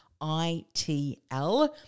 ITL